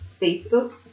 Facebook